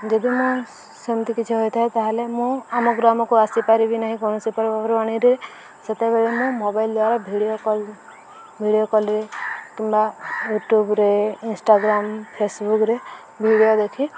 ଯଦି ମୁଁ ସେମିତି କିଛି ହୋଇଥାଏ ତାହେଲେ ମୁଁ ଆମ ଗ୍ରାମକୁ ଆସିପାରିବି ନାହିଁ କୌଣସି ପର୍ବପର୍ବାଣୀରେ ସେତେବେଳେ ମୁଁ ମୋବାଇଲ୍ ଦ୍ଵାରା ଭିଡ଼ିଓ କଲ୍ ଭିଡ଼ିଓ କଲ୍ରେ କିମ୍ବା ୟୁଟ୍ୟୁବ୍ରେ ଇନଷ୍ଟାଗ୍ରାମ୍ ଫେସବୁକ୍ରେ ଭିଡ଼ିଓ ଦେଖି